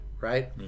right